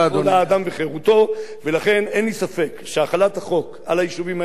לכן אין לי ספק שהחלת החוק על היישובים האלה תעלה פה במליאה,